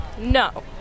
No